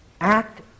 act